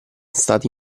stati